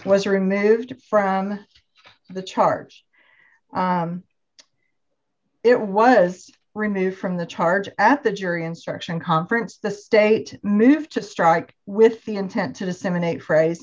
and moved from the charge it was removed from the charge at the jury instruction conference the state moved to strike with the intent to disseminate phrase